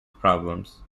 problems